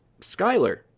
Skyler